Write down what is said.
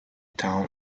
town